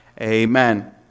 Amen